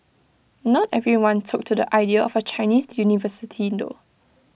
not everyone took to the idea of A Chinese university though